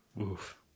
Oof